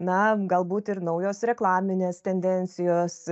na galbūt ir naujos reklaminės tendencijos